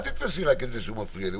אל תתפסי רק את זה שהוא מפריע לי.